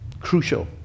Crucial